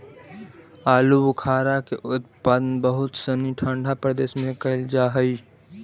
आलूबुखारा के उत्पादन बहुत सनी ठंडा प्रदेश में कैल जा हइ